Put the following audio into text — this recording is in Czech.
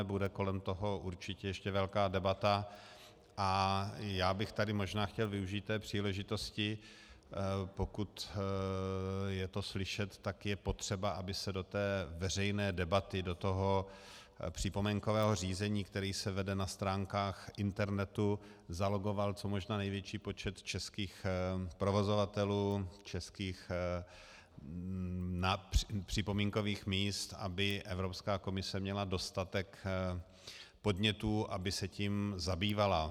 Bude kolem toho určitě ještě velká debata a já bych tady možná chtěl využít té příležitosti, pokud je to slyšet, tak je potřeba, aby se do veřejné debaty, do toho připomínkového řízení, které se vede na stránkách internetu, zalogoval co možná největší počet českých provozovatelů, českých připomínkových míst, aby Evropská komise měla dostatek podnětů, aby se tím zabývala.